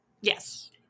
Yes